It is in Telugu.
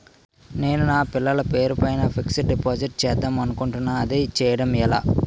నేను నా పిల్లల పేరు పైన ఫిక్సడ్ డిపాజిట్ చేద్దాం అనుకుంటున్నా అది చేయడం ఎలా?